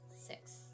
Six